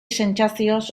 sentsazioz